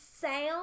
sound